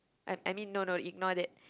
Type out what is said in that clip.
I I mean no no ignore that